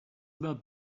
about